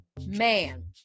man